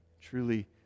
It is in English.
truly